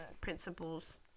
principles